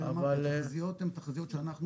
התחזיות הן תחזיות שאנחנו,